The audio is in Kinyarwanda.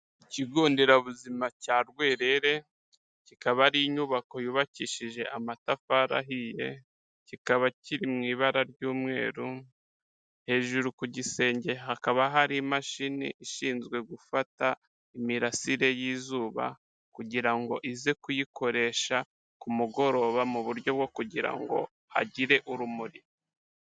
Ikigo nderabuzima cya Rwerere, kikaba ari inyubako yubakishije amatafari ahiye, kikaba kiri mu ibara ry'umweru, hejuru ku gisenge hakaba hari imashini ishinzwe gufata imirasire y'izuba, kugira ngo ize kuyikoresha ku mugoroba mu buryo bwo kugira ngo hagire urumuri.